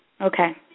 Okay